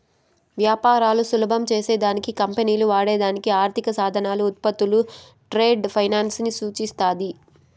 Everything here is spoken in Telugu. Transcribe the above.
వ్యాపారాలు సులభం చేసే దానికి కంపెనీలు వాడే దానికి ఆర్థిక సాధనాలు, ఉత్పత్తులు ట్రేడ్ ఫైనాన్స్ ని సూచిస్తాది